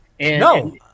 No